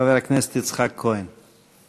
חבר הכנסת יצחק כהן.